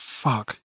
Fuck